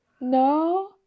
No